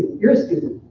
you're a student,